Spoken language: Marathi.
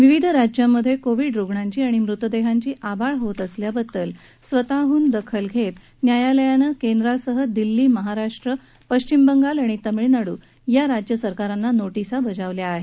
विविध राज्यांमधे कोविड रुग्णांची आणि मृतदेहांची आबाळ होत असल्याबद्दल स्वतःडून दखल घेत न्यायालयानं केंद्रासह दिल्ती महाराष्ट्र पश्विम बंगाल आणि तमिळनाडू या राज्य सरकारांना नोर्डिझा बजावल्या आहेत